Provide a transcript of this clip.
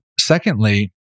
Secondly